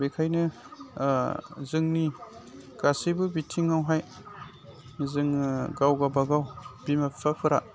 बेखायनो जोंनि गासिबो बिथिङावहाय जोङो गावगाबागाव बिमा बिफाफोरा